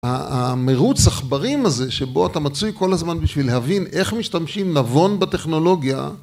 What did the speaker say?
ה... המרוץ עכברים הזה שבו אתה מצוי כל הזמן בשביל להבין איך משתמשים נבון בטכנולוגיה...